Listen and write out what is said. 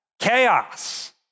Chaos